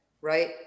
Right